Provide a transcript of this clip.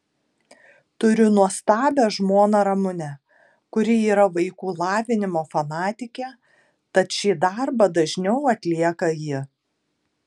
turiu nuostabią žmoną ramunę kuri yra vaikų lavinimo fanatikė tad šį darbą dažniau atlieka ji